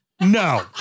no